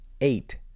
eight